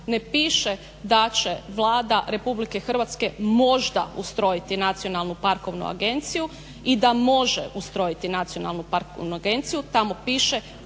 ne piše da će Vlada Republike Hrvatske možda ustrojiti nacionalnu parkovnu agenciju i da može ustrojiti nacionalnu parkovnu agenciju. Tamo piše